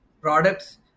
products